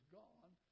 gone